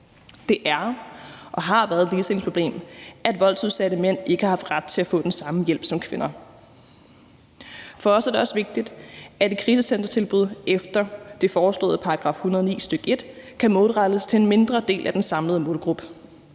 Det er og har været et ligestillingsproblem, at voldsudsatte mænd ikke har haft ret til at få den samme hjælp som kvinder. For os er det også vigtigt, at et krisecentertilbud efter det foreslåede § 109, stk. 1, kan målrettes til en mindre del af den samlede målgruppe.